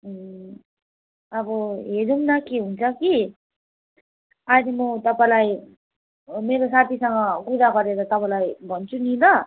ए अब हेरौँ न के हुन्छ कि आज म तपाईँलाई मेरो साथीसँग कुरा गरेर तपाईँलाई भन्छु नि ल